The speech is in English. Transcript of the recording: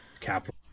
capital